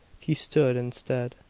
he stood instead.